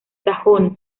sajones